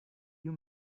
you